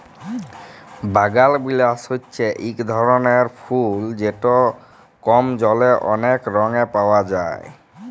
বাগালবিলাস হছে ইক রকমের ফুল যেট কম জলে অলেক রঙে পাউয়া যায়